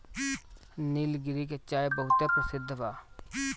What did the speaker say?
निलगिरी के चाय बहुते परसिद्ध बा